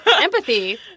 empathy